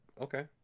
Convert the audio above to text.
okay